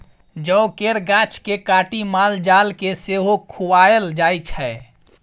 जौ केर गाछ केँ काटि माल जाल केँ सेहो खुआएल जाइ छै